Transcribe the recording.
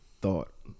thought